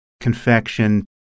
confection